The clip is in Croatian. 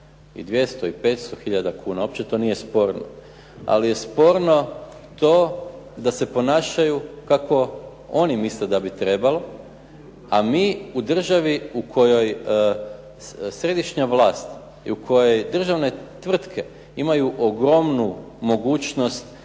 i 200 i 500 hiljada kuna, uopće to nije sporno. Ali je sporno to da se ponašaju kako oni misle da bi trebalo, a mi u državi u kojoj središnja vlast u kojoj državne tvrtke imaju ogromnu mogućnost